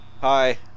Hi